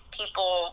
people